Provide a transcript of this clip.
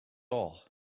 all